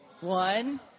one